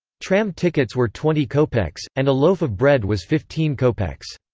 tram tickets were twenty kopecks, and a loaf of bread was fifteen kopecks.